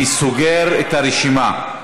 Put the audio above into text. אני סוגר את הרשימה.